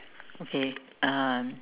okay um